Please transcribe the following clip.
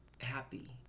happy